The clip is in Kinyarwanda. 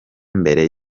mbere